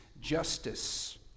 justice